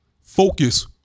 focus